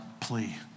plea